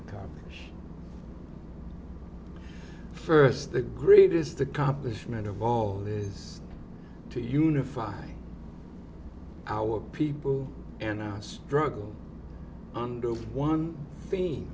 accomplish first the greatest accomplishment of all is to unify our people and i struggle under one theme